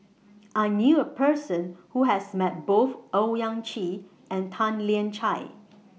I knew A Person Who has Met Both Owyang Chi and Tan Lian Chye